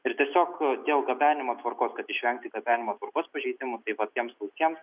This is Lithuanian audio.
ir tiesiog dėl gabenimo tvarkos kad išvengti gabenimo tvarkos pažeidimų taip pat tiems sausiems